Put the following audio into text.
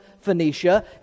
Phoenicia